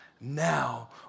Now